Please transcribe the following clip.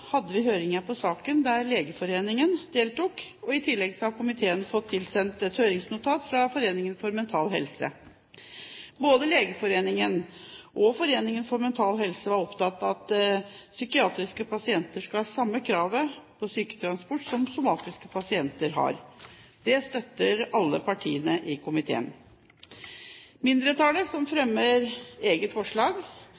hadde vi høringer i saken, der Legeforeningen deltok, og i tillegg har komiteen fått tilsendt et høringsnotat fra foreningen Mental Helse. Både Legeforeningen og Mental Helse var opptatt av at psykiatriske pasienter skal ha samme krav på syketransport som somatiske pasienter har. Det støtter alle partiene i komiteen. Mindretallet, som